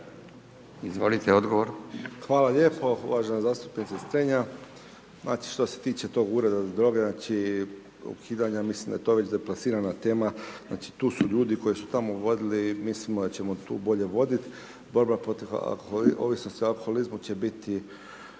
Tomislav (HDZ)** Hvala lijepo uvažena zastupnice Strenja. Znači, što se tiče tog ureda za droge, znači, ukidanja, ja mislim da je to već deplasirana tema, znači tu su ljudi koji su tamo vodili, mislimo da ćemo tu bolje vodit, …/nerazumljivo/… ovisnosti o alkoholizmu će biti